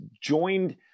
joined